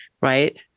right